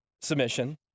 Submission